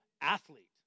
athlete